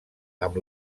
amb